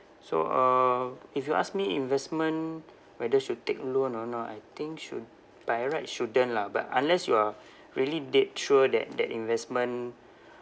so uh if you ask me investment whether should take loan or not I think should by right shouldn't lah but unless you are really dead sure that that investment